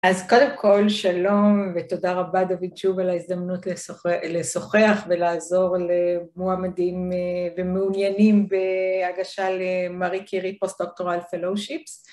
אז קודם כל שלום ותודה רבה דוד שוב על ההזדמנות לשוחח ולעזור למועמדים ומעוניינים בהגשה לMarie Curie post doctoral fellowships.